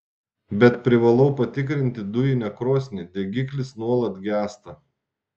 bet privalau patikrinti dujinę krosnį degiklis nuolat gęsta